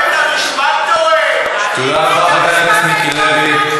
חבורה של גנבים.